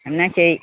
എന്നാൽ ശരി